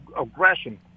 aggression